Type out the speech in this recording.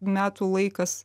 metų laikas